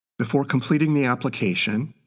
before completing the application,